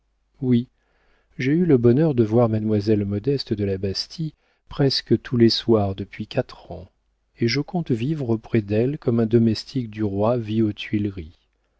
oui j'ai eu le bonheur de voir mademoiselle modeste de la bastie presque tous les soirs depuis quatre ans et je compte vivre auprès d'elle comme un domestique du roi vit aux tuileries